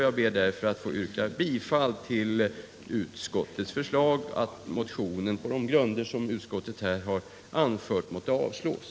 Jag ber därför att få yrka bifall till utskottets förslag att motionen, på de grunder som utskottet har anfört, måtte avslås.